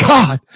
God